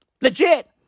Legit